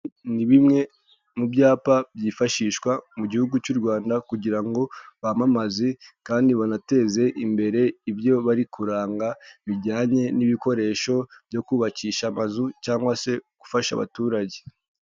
Ni bimwe mu byapa byifashishwa mu gihugu cy'u Rwanda kugira ngo bamamaze kandi banateze imbere ibyo bari kuranga bijyanye n'ibikoresho byo kubakisha amazu cyangwa se gufasha abaturage.